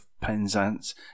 Penzance